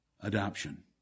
Adoption